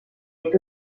est